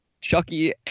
Chucky